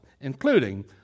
including